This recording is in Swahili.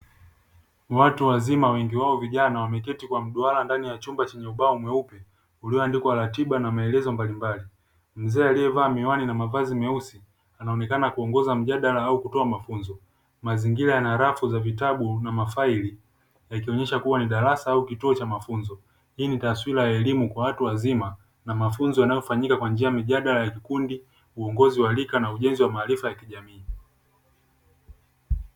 Watu wazima wengi wao vijana wameketi kwa mduara ndani ya chumba chenye ubao mweupe ulioandikwa ratiba na maeezo mbalimbali. Mzee alievaa miwani na mavazi meusi anaonekana kuongoza mjadala au kutoa mafunzo. Mazingira yana rafu za vitabu na mafaili yakionesha kua ni darsa au ni kituo cha mafunzo. Hii ni taswira ya elimu kwa watu wazima na mafunzo yanayofanyika kwa njia ya mijadala ya kikundi, uongozi wa rika na ujenzi wa maarifa ya kijamii.